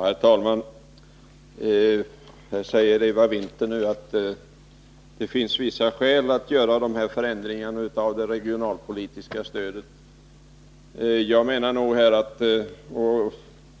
Herr talman! Eva Winther säger att det finns vissa skäl att ändra det regionalpolitiska stödet,